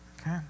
Okay